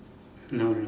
no no